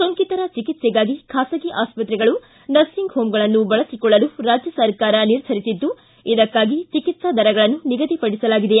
ಸೋಂಕಿತರ ಚಿಕಿಸ್ಗೆಗಾಗಿ ಖಾಸಗಿ ಆಸ್ತ್ರೆಗಳು ನರ್ಸಿಂಗ್ ಹೋಂಗಳನ್ನು ಬಳಸಿಕೊಳ್ಳಲು ರಾಜ್ಯ ಸರ್ಕಾರ ನಿರ್ಧರಿಸಿದ್ದು ಇದಕ್ಕಾಗಿ ಚಿಕಿತ್ಸಾ ದರಗಳನ್ನು ನಿಗದಿಪಡಿಸಲಾಗಿದೆ